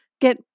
get